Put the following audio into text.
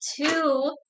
two